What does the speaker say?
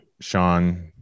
Sean